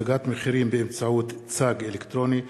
הצגת מחירים באמצעות צג אלקטרוני),